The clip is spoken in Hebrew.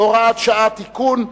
הוראת שעה) (תיקון),